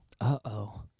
Uh-oh